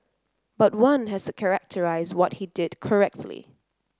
but one has to characterise what he did correctly